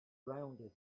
rounded